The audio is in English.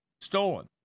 stolen